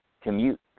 commute